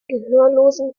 gehörlosen